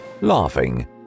laughing